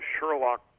Sherlock